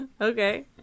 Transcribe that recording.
okay